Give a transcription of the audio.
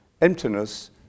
emptiness